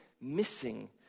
missing